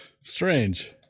strange